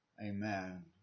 Amen